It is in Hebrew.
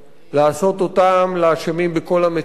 לעשות אותם לאשמים בכל המצוקות,